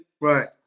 Right